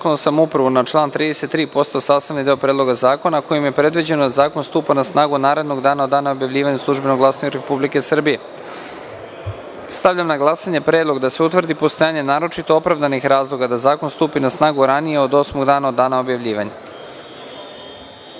lokalnu samoupravu na član 33. postao sastavni deo Predloga zakona, a kojim je predviđeno da zakon stupa na snagu narednog dana od dana objavljivanja u „Službenom glasniku Republike Srbije“.Stavljam na glasanje predlog da se utvrdi postojanje naročito opravdanih razloga da zakon stupi na snagu ranije od osmog dana od dana objavljivanja. Molim